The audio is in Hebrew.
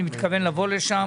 אני מתכוון לבוא לשם.